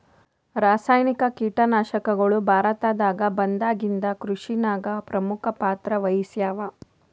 ರಾಸಾಯನಿಕ ಕೀಟನಾಶಕಗಳು ಭಾರತದಾಗ ಬಂದಾಗಿಂದ ಕೃಷಿನಾಗ ಪ್ರಮುಖ ಪಾತ್ರ ವಹಿಸ್ಯಾವ